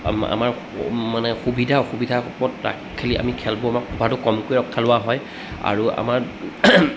আমাৰ মানে সুবিধা অসুবিধা ওপৰত তাক খেলি আমি খেলবোৰ আমাৰ অভাৰটো কমকৈ খেলোৱা হয় আৰু আমাৰ